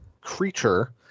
creature